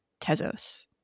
Tezos